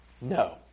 No